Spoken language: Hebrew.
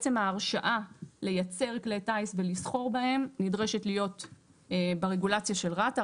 עצם ההרשאה לייצר כלי טיס ולסחור בהם נדרשת להיות ברגולציה של רת"א.